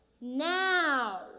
Now